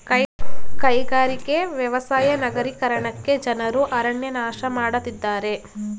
ಕೈಗಾರಿಕೆ, ವ್ಯವಸಾಯ ನಗರೀಕರಣಕ್ಕೆ ಜನರು ಅರಣ್ಯ ನಾಶ ಮಾಡತ್ತಿದ್ದಾರೆ